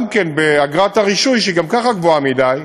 באגרת הרישוי, שהיא גם ככה גבוהה מדי,